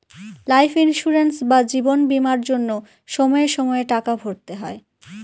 life insurance বা জীবন বীমার জন্য সময়ে সময়ে টাকা ভরতে হয়